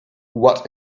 what